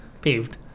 paved